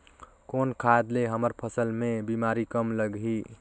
कौन खाद ले हमर फसल मे बीमारी कम लगही?